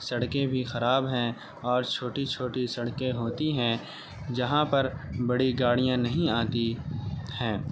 سڑکیں بھی خراب ہیں اور چھوٹی چھوٹی سڑکیں ہوتی ہیں جہاں پر بڑی گاڑیاں نہیں آتی